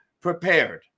prepared